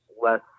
less